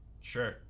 sure